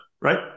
right